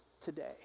today